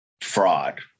fraud